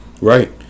Right